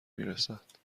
میرسد